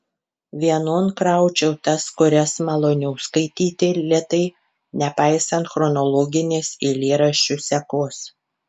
vienon kraučiau tas kurias maloniau skaityti lėtai nepaisant chronologinės eilėraščių sekos